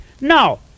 No